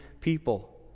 people